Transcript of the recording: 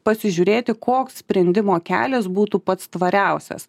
pasižiūrėti koks sprendimo kelias būtų pats tvariausias